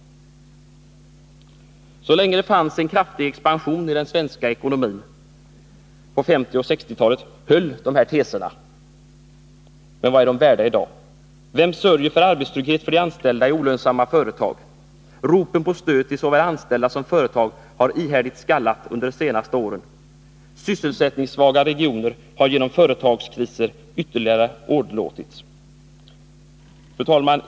Så länge det pågick en kraftig expansion i den svenska ekonomin, på 1950 och 1960-talen, höll dessa teser. Men vad är de värda i dag? Vem sörjer för arbetstrygghet för de anställda i olönsamma företag? Ropen på stöd till såväl anställda som företag har ihärdigt skallat under de senaste åren. Sysselsättningssvaga regioner har genom företagskriser ytterligare åderlåtits. Herr talman!